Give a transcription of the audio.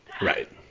Right